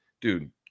dude